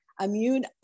Immune